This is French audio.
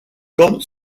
comme